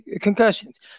concussions